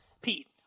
Pete